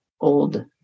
old